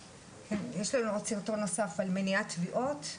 ויש לנו עוד סרטון נוסף על מניעת טביעות.